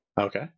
Okay